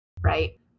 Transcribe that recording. right